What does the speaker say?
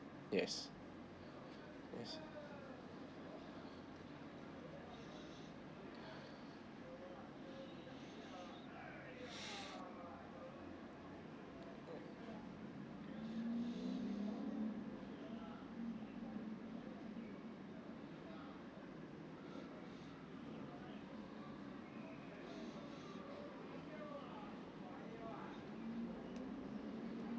yes yes